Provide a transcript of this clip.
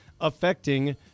affecting